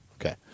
Okay